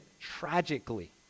tragically